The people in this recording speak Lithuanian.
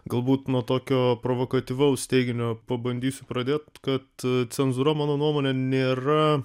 galbūt nuo tokio provakatyvaus teiginio pabandysiu pradėt kad cenzūra mano nuomone nėra